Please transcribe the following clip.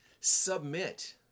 submit